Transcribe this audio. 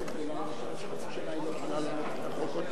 ברשותך, על מנת שלא תהיינה אי-הבנות, מדובר בשני